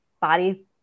body